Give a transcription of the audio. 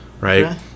right